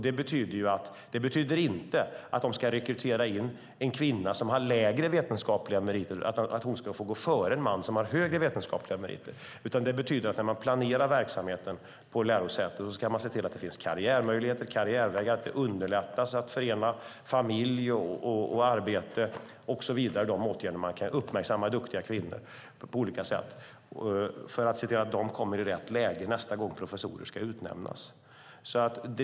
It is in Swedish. Det betyder inte att de ska rekrytera en kvinna som har lägre vetenskapliga meriter och att hon ska gå före en man som har högre vetenskapliga meriter. Det betyder att när man planerar verksamheten på lärosätena ska man se till att det finns karriärmöjligheter och att man underlättar att förena familj och arbete. Man ska uppmärksamma duktiga kvinnor på olika sätt för att se till att de kommer i rätt läge nästa gång det ska utnämnas professorer.